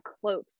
close